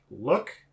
look